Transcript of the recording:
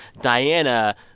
Diana